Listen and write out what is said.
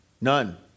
None